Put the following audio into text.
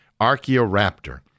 Archaeoraptor